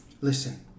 Listen